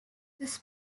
this